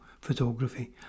photography